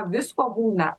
visko būna